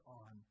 on